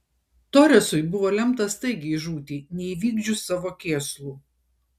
toresui buvo lemta staigiai žūti neįvykdžius savo kėslų